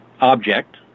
object